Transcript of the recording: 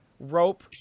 Rope